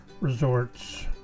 resorts